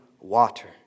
water